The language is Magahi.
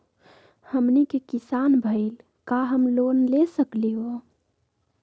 हमनी के किसान भईल, का हम लोन ले सकली हो?